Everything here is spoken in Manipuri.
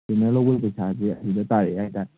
ꯇ꯭ꯔꯦꯟꯅꯔ ꯂꯧꯕꯩ ꯄꯩꯁꯥꯁꯦ ꯑꯗꯨꯗ ꯇꯥꯔꯛꯑꯦ ꯍꯥꯏ ꯇꯥꯔꯦ